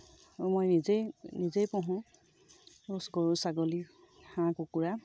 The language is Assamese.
আৰু মই নিজেই নিজেই পুহো গৰু ছাগলী হাঁহ কুকুৰা